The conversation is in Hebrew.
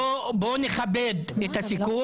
בואו נכבד את הסיכום,